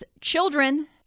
Children